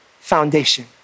foundation